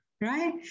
Right